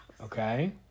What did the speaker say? Okay